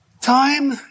Time